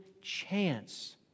chance